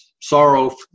sorrow